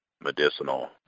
medicinal